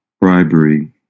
bribery